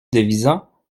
devisant